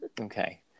Okay